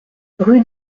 rue